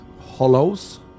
hollows